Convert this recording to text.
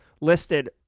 listed